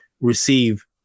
receive